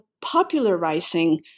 popularizing